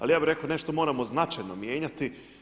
Ali ja bih rekao nešto moramo značajno mijenjati.